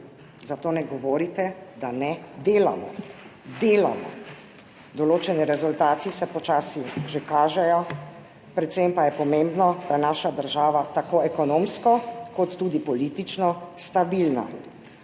Zato ne govorite, da ne delamo. Delamo. Določeni rezultati se počasi že kažejo. Predvsem pa je pomembno, da je naša država tako ekonomsko kot tudi politično stabilna.